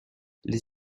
les